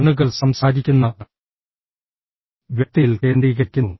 കണ്ണുകൾ സംസാരിക്കുന്ന വ്യക്തിയിൽ കേന്ദ്രീകരിക്കുന്നു